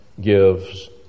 gives